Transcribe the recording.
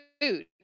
food